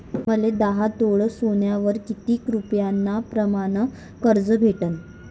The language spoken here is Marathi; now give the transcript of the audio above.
मले दहा तोळे सोन्यावर कितीक रुपया प्रमाण कर्ज भेटन?